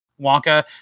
Wonka